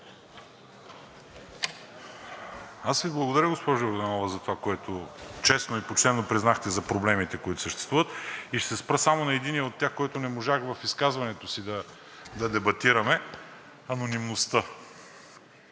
Аз Ви благодаря, госпожо Йорданова, за това, което честно и почтено признахте за проблемите, които съществуват, и ще се спра само на единия от тях, който не можах в изказването си да дебатираме – анонимността.